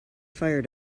fire